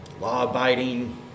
law-abiding